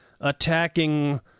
attacking